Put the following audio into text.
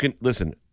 Listen